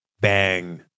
bang